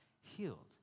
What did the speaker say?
healed